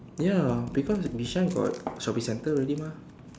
ya because Bishan got shopping centre already mah